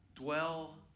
dwell